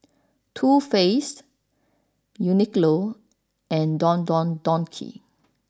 Too Faced Uniqlo and Don Don Donki